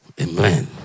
Amen